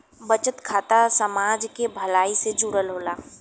बचत खाता समाज के भलाई से जुड़ल होला